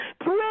Pray